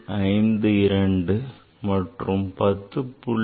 52 மற்றும் 10